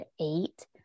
eight